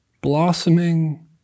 blossoming